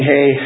Hey